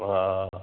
हा